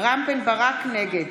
נגד